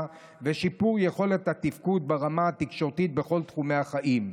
ושיפור יכולת התפקוד ברמה התקשורתית בכל תחומי החיים.